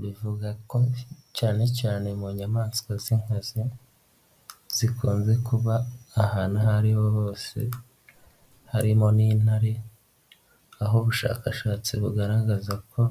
Bivuga ko cyane cyane mu nyamaswa z'inkazi, zikunze kuba ahantu aho ariho hose harimo n'intare, aho ubushakashatsi bugaragaza ko